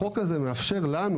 החוק הזה מאפשר לנו,